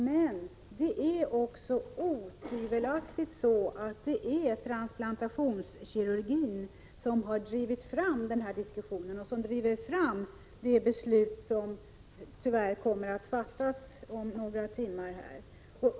Men det är otvivelaktigt transplantationskirurgin som har drivit fram denna diskussion och som driver fram det beslut som tyvärr kommer att fattas här om några timmar.